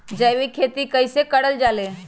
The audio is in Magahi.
जैविक खेती कई से करल जाले?